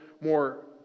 more